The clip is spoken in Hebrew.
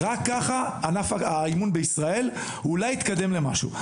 רק ככה ענף האימון בישראל אולי יתקדם למשהו.